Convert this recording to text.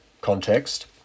context